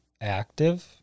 active